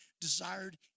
desired